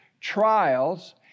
trials